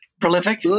Prolific